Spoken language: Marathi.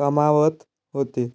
कमावत होते